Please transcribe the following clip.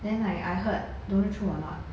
then like I heard don't know true or not